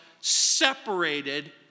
separated